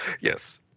Yes